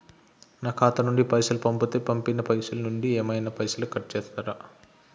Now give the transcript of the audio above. నా ఖాతా నుండి పైసలు పంపుతే పంపిన పైసల నుంచి ఏమైనా పైసలు కట్ చేత్తరా?